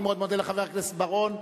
אני מאוד מודה לחבר הכנסת בר-און.